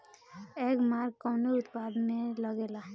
एगमार्क कवने उत्पाद मैं लगेला?